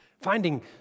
Finding